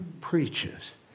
preaches